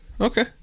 okay